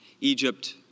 Egypt